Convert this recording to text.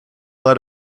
lead